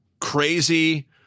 crazy